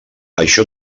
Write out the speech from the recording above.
això